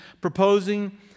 proposing